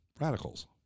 radicals